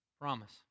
promise